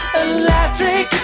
electric